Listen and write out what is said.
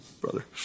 brother